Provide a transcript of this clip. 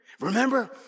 Remember